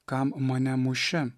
kam mane muši